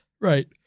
Right